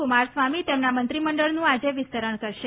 કુમારસ્વામી તેમના મંત્રીમંડળનું આજે વિસ્તરણ કરશે